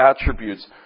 attributes